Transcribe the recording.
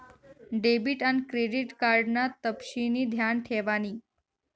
debit आन credit card ना तपशिनी ध्यान ठेवानी